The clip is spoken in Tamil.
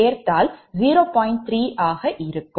3 ஆக இருக்கும்